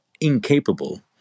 incapable